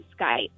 Skype